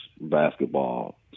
basketball